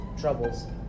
troubles